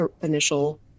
initial